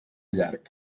llarg